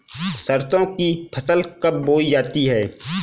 सरसों की फसल कब बोई जाती है?